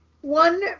one